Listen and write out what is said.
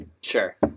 Sure